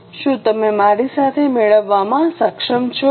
શું તમે મારી સાથે મેળવવામાં સક્ષમ છો